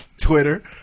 Twitter